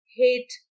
hate